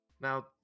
Now